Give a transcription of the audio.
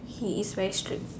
he is very strict